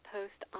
Post